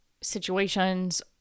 situations